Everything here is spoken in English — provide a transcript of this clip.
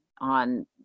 on